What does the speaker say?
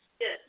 Yes